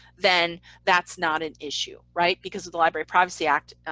then that's not an issue, right, because of the library privacy act,